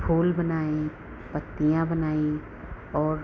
फूल बनाए पत्तियाँ बनाई और